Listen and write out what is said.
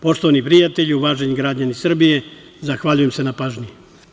Poštovani prijatelji, uvaženi građani Srbije, zahvaljujem se na pažnji.